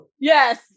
yes